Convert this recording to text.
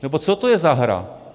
Nebo co to je za hru?